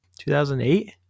2008